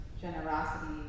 generosity